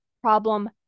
problem